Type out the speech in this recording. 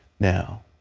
now,